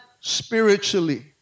spiritually